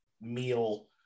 meal